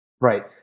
Right